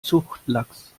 zuchtlachs